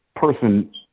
person